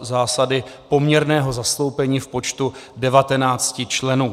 zásady poměrného zastoupení v počtu 19 členů.